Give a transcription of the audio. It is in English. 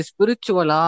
Spiritual